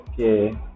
Okay